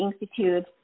Institute